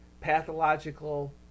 pathological